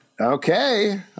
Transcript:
Okay